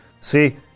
See